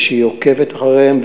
והיא עוקבת אחריהם,